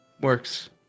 works